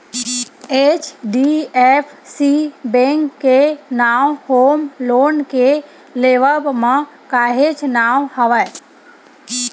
HDFC bank के नांव home loan के लेवब म काहेच नांव हवय